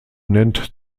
nennt